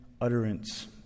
utterance